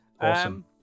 Awesome